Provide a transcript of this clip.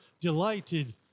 delighted